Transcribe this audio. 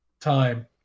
time